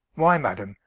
why, madame,